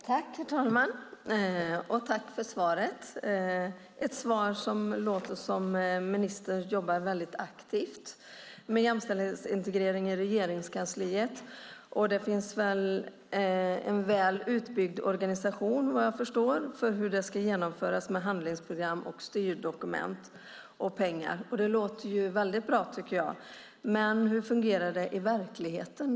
Herr talman! Tack för svaret, ministern! Det är ett svar som låter som att ministern jobbar väldigt aktivt med jämställdhetsintegrering i Regeringskansliet. Det finns en väl utbyggd organisation, vad jag förstår, för hur det ska genomföras med handlingsprogram, styrdokument och pengar. Det låter väldigt bra, tycker jag. Men hur fungerar det i verkligheten?